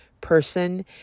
person